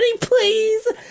please